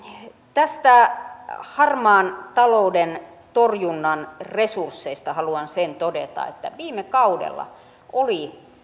näistä harmaan talouden torjunnan resursseista haluan sen todeta että viime kaudella oli